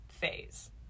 phase